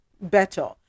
better